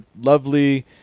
lovely